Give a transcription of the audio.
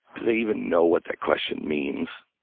they even know what that question means?